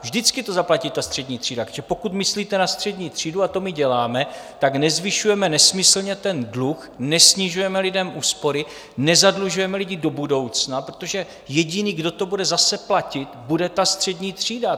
Vždycky to zaplatí ta střední třída, protože pokud myslíte na střední třídu, a to my děláme, tak nezvyšujeme nesmyslně dluh, nesnižujeme lidem úspory, nezadlužujeme lidi do budoucna, protože jediný, kdo to bude zase platit, bude ta střední třída.